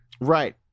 Right